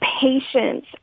Patience